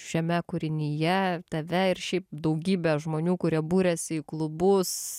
šiame kūrinyje tave ir šiaip daugybę žmonių kurie buriasi į klubus